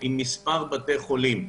במספר בתי חולים.